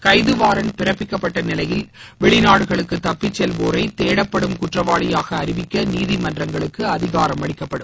கைது வாரண்ட் பிறப்பிக்கப்பட்ட நிலையில் வெளிநாடுகளுக்கு தப்பிச்செல்வோரை தேடப்படும் குற்றவாளியாக அறிவிக்க நீதிமன்றங்களுக்கு அதிகாரம் அளிக்கப்படும்